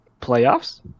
playoffs